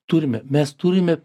turime mes turime